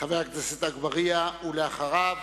חבר הכנסת אגבאריה, ואחריו,